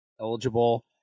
eligible